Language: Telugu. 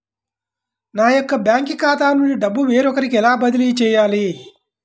నా యొక్క బ్యాంకు ఖాతా నుండి డబ్బు వేరొకరికి ఎలా బదిలీ చేయాలి?